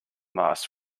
masks